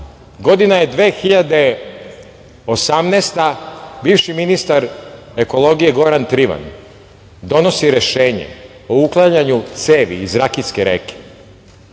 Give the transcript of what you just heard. Godina je 2018. bivši ministar ekologije Goran Trivan donosi rešenje o uklanjanju cevi iz Rakitske reke.